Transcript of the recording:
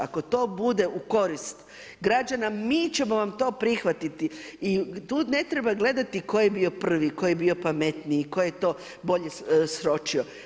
Ako to bude u korist građana, mi ćemo vam to prihvatiti i tu ne treba gledati tko je bio prvi, tko je bio pametniji, tko je to bolje sročio.